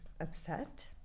upset